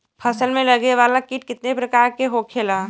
फसल में लगे वाला कीट कितने प्रकार के होखेला?